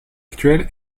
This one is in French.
actuel